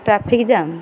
traffic jam